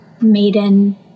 maiden